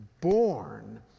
born